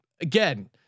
again